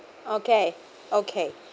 okay okay